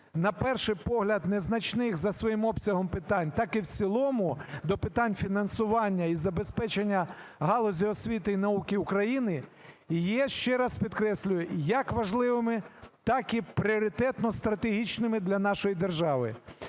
на перший погляд, незначних за своїм обсягом питань, так і в цілому до питань фінансування і забезпечення галузі освіти і науки України є, ще раз підкреслюю, як важливими, так і пріоритетно стратегічними для нашої держави.